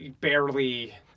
Barely